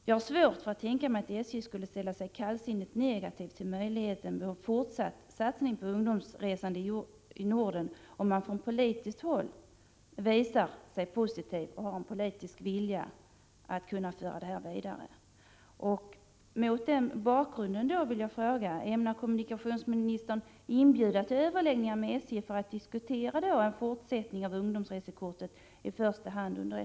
Jag har svårt att tänka mig att SJ skulle ställa sig kallsinnigt till en fortsatt satsning på ungdomsresande i Norden, om man från politiskt håll visar en positiv inställning och har en politisk vilja att föra detta arbete vidare.